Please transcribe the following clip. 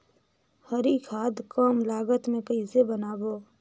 हरी खाद कम लागत मे कइसे बनाबो?